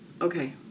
Okay